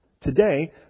Today